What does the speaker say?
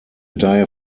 daher